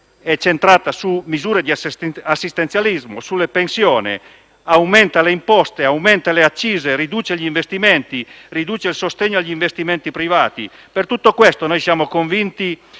centrata su misure di assistenzialismo e sulle pensioni; aumenta le imposte e le accise, riduce gli investimenti e il sostegno agli investimenti privati. Per tutte queste ragioni non solo siamo convinti